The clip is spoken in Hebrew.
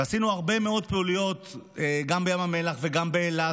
ועשינו הרבה מאוד פעילויות גם בים המלח וגם באילת